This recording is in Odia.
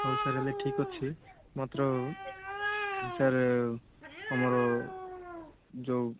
ହଉ ସାର୍ ହେଲେ ଠିକ୍ ଅଛି ମାତ୍ର ସାର୍ ଆମର ଯେଉଁ